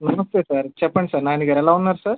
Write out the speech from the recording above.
నమస్తే సార్ చెప్పండి సార్ నాని గారు ఎలా ఉన్నారు సార్